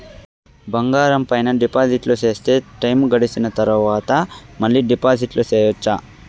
బంగారం పైన డిపాజిట్లు సేస్తే, టైము గడిసిన తరవాత, మళ్ళీ డిపాజిట్లు సెయొచ్చా?